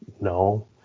No